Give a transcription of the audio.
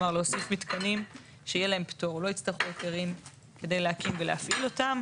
בסדר, אז בעצם לפי חוק הקרינה הבלתי מייננת,